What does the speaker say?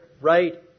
right